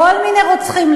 כל מיני רוצחים,